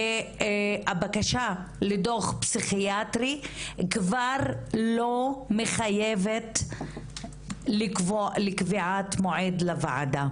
שהבקשה לדוח פסיכיאטרי כבר לא מחייבת לקביעת מועד לוועדה,